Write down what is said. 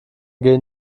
gehen